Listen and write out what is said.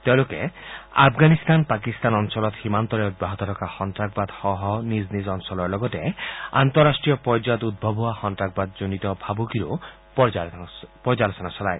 তেওঁলোকে আফগানিস্তান পাকিস্তান অঞ্চলত সীমান্তৰে অব্যাহত থকা সন্নাসবাদসহ নিজ নিজ অঞ্চলৰ লগতে আন্তঃৰাষ্ট্ৰীয় পৰ্যায়ত উদ্ভৱ হোৱা সন্তাসবাদজনিত ভাবুকিৰো পৰ্যালোচনা চলায়